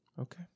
Okay